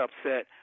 upset